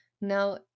Now